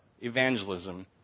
evangelism